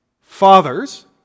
fathers